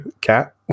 cat